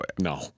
No